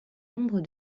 nombre